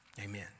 amen